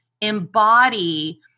embody